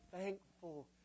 thankful